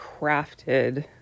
crafted